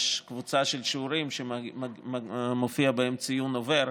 קבוצה של שיעורים שמופיע בהם ציון עובר,